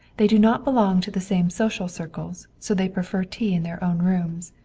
they do not belong to the same social circles, so they prefer tea in their own rooms.